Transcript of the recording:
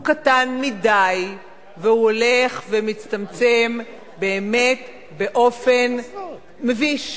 הוא קטן מדי והוא הולך ומצטמצם באמת באופן מביש.